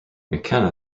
mckenna